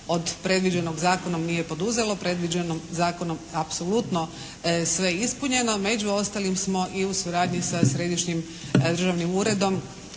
od predviđenog zakonom nije poduzelo, predviđeno zakonom je apsolutno sve ispunjeno, među ostalim smo i u suradnji sa Središnjim državnim uredom